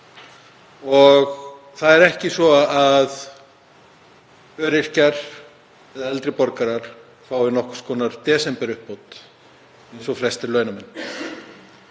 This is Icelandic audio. og það er ekki svo að öryrkjar eða eldri borgarar fái einhvers konar desemberuppbót eins og flestir launamenn.